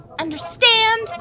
understand